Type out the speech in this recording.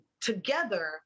together